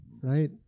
right